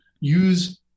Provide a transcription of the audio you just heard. use